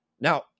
Now